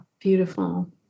Beautiful